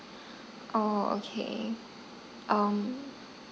oo okay um